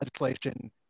legislation